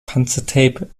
panzertape